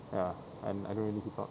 ya and I don't really keep up